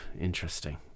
interesting